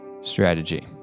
strategy